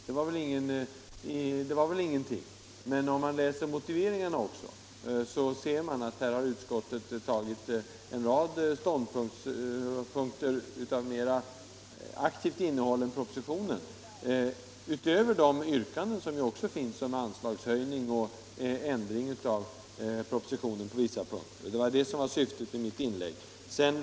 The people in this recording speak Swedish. Det här är väl ingenting.” Men om man läser motiveringarna också, ser man att utskottet har gjort en rad ställningstaganden av mera aktivt innehåll än propositionen, utöver de yrkanden som också finns om anslagshöjning och ändring av propositionen på vissa punkter. Att peka på detta var syftet med mitt inlägg.